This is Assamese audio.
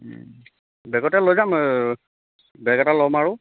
বেগতে লৈ যাম বেগ এটা ল'ম আৰু